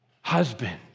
husband